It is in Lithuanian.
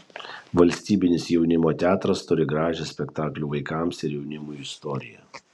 valstybinis jaunimo teatras turi gražią spektaklių vaikams ir jaunimui istoriją